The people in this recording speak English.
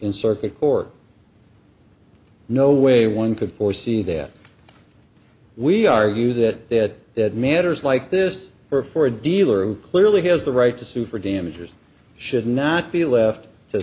in circuit court no way one could foresee that we argue that that matters like this are for a dealer who clearly has the right to sue for damages should not be left to